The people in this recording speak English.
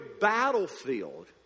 battlefield